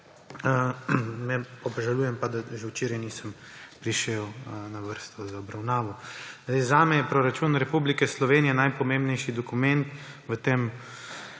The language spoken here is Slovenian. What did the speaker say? Obžalujem pa, da že včeraj nisem prišel na vrsto za razpravo. Zame je proračun Republike Slovenije najpomembnejši dokument v